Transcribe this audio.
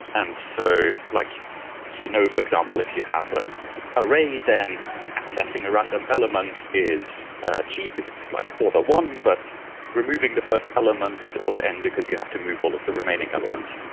and so like you know, for example, if you have an array, then accessing a random element is cheap. it's like auto one, but removing the first element is auto n because you have to move all of the remaining elements.